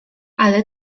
ale